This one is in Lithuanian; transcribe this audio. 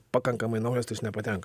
pakankamai naujas tai jis nepatenka